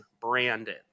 Brandon